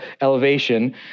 elevation